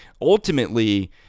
Ultimately